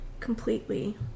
completely